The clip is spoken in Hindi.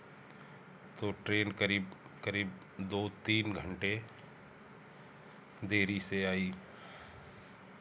तो ट्रेन करीब करीब दो तीन घंटे देरी से आई